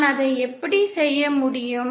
நான் அதை எப்படி செய்ய முடியும்